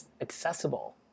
accessible